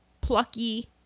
plucky